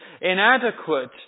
inadequate